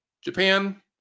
japan